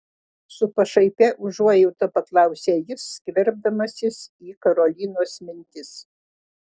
su pašaipia užuojauta paklausė jis skverbdamasis į karolinos mintis